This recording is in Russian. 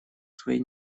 своей